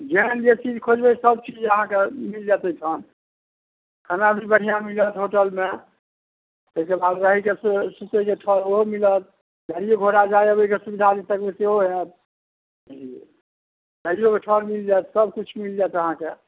जेहन जे चीज खोजबै सब चीज अहाँके मिलि जाएत ओहिठाम खाना भी बढ़िआँ मिलत होटलमे ताहिके बाद रहैके से सुतैके ठौर ओहो मिलत गाड़िए घोड़ा जाए आबैके सुविधा जे तकबै सेहो हैत हँ गाड़िओके ठौर मिलि जाएत सबकिछु मिलि जाएत अहाँके